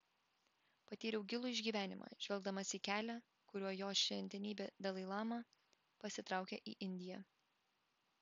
patyriau gilų išgyvenimą žvelgdamas į kelią kuriuo jo šventenybė dalai lama pasitraukė į indiją